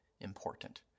important